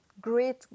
great